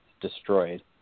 destroyed